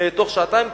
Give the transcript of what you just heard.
תוך שעתיים,